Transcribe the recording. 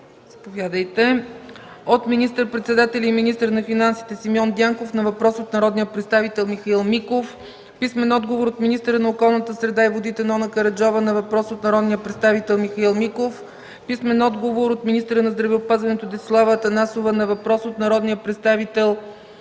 министър-председателя и министър на финансите Симеон Дянков на въпрос от народния представител Михаил Миков; - от министъра на околната среда и водите Нона Караджова на въпрос от народния представител Михаил Миков; - от министъра на здравеопазването Десислава Атанасова на въпрос от народния представител